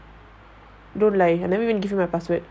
don't lie I never even give you my password